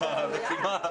הישיבה נעולה.